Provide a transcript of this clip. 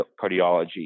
cardiology